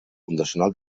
fundacional